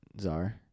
Czar